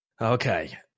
Okay